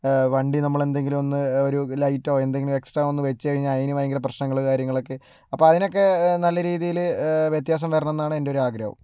വണ്ടി നമ്മൾ എന്തെങ്കിലും ഒന്ന് ഒരു ലൈറ്റോ എന്തെങ്കിലും എക്സ്ട്ര ഒന്ന് വെച്ചുകഴിഞ്ഞാൽ അതിന് ഭയങ്കര പ്രശ്നങ്ങൾ കാര്യങ്ങളൊക്കെ അപ്പോൾ അതിനൊക്കെ നല്ല രീതിയിൽ വ്യത്യാസം വരണമെന്നാണ് എൻറെ ഒരു ആഗ്രഹം